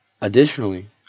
Additionally